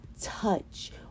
touch